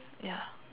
ya